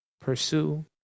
pursue